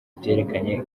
byerekanye